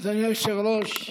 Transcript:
אדוני היושב-ראש,